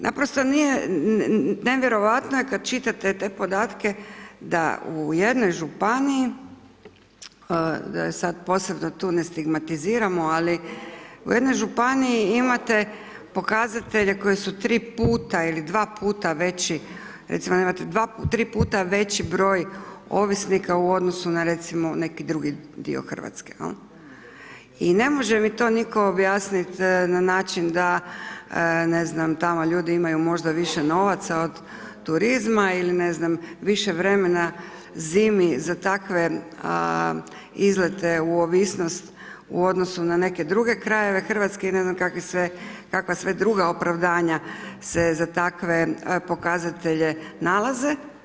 Naprosto nije, nevjerojatno je kad čitate te podatke da u jednoj županiji, da sad posebno tu ne stigmatiziramo, ali u jednoj županiji imate pokazatelje koji su 3 puta ili 2 puta veći, recimo imate 2, 3 puta veći broj ovisnika u odnosu na recimo neki drugi dio Hrvatske i ne može mi to nitko objasnit na način da ne znam tamo ljudi imaju možda više novaca od turizma, ili ne znam više vremena zimi za takve izlete u ovisnost u odnosu na neke druge krajeve Hrvatske i ne znam kakva sve druga opravdanja se za takve pokazatelje nalaze.